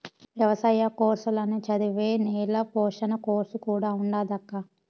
ఎవసాయ కోర్సుల్ల నే చదివే నేల పోషణ కోర్సు కూడా ఉండాదక్కా